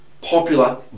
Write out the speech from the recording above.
popular